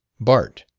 bart,